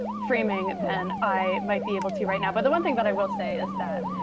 framing, then i might be able to right now. but the one thing that i will say is that,